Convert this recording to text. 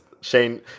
Shane